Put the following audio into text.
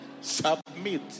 Submit